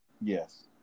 Yes